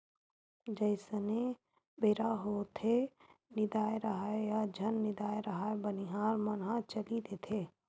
जइसने बेरा होथेये निदाए राहय या झन निदाय राहय बनिहार मन ह चली देथे